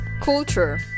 culture